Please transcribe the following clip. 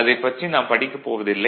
அதைப் பற்றி நாம் படிக்கப் போவதில்லை